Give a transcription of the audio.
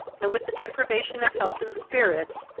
and, with the deprivation of health and spirits,